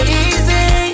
easy